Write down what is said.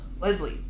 Leslie